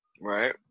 right